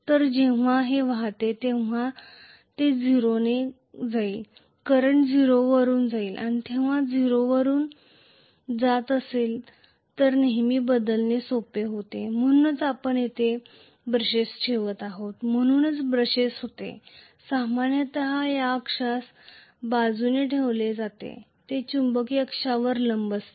तर जेव्हा हे वाहत जाते तेव्हा ते 0 ने जाईल करंट 0 वरून जाईल आणि जेव्हा 0 वरून जात असेल तर नेहमी बदलणे सोपे होते म्हणूनच आपण येथे ब्रशेस ठेवत आहोत म्हणूनच ब्रशेस सामान्यत या अक्ष बाजूने ठेवले जाते जे चुंबकीय अक्षांवर लंब असते